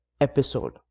episode